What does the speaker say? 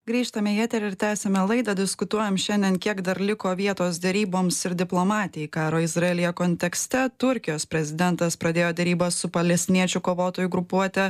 grįžtame į eterį ir tęsiame laidą diskutuojam šiandien kiek dar liko vietos deryboms ir diplomatijai karo izraelyje kontekste turkijos prezidentas pradėjo derybas su palestiniečių kovotojų grupuote